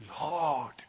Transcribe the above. Lord